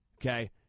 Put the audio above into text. Okay